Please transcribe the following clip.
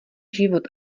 život